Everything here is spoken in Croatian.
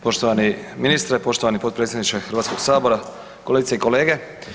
Poštovani ministre, poštovani potpredsjedniče Hrvatskog sabora, kolegice i kolege.